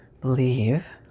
Believe